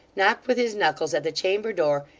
knocked with his knuckles at the chamber-door,